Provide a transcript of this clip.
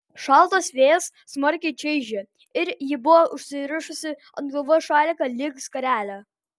šaltas vėjas smarkiai čaižė ir ji buvo užsirišusi ant galvos šaliką lyg skarelę